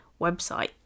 website